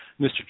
Mr